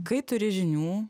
kai turi žinių